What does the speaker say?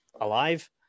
alive